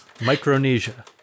Micronesia